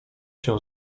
się